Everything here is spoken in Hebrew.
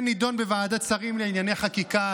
בוועדת שרים לענייני חקיקה,